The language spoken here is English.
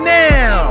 now